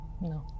No